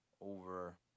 over